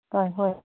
ꯍꯣꯏ ꯍꯣꯏ